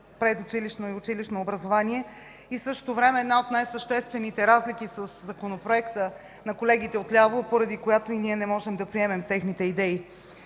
предучилищно и училищно образование и в същото време една от най-съществените разлики със Законопроекта на колегите отляво, поради която и ние не можем да приемем техните идеи.